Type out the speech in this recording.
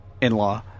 In-law